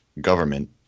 government